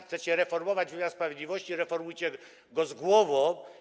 Chcecie reformować wymiar sprawiedliwości, reformujcie go z głową.